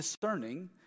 discerning